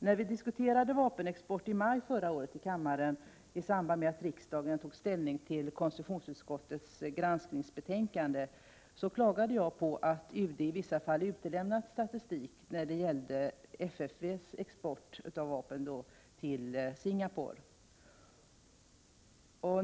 När vi diskuterade vapenexporten i maj förra året i kammaren i samband med att riksdagen tog ställning till konstitutionsutskottets granskningsbetänkande, klagade jag på att UD i vissa fall utelämnat statistik när det gällde FFV:s export av vapen till Singapore.